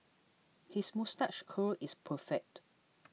his moustache curl is perfect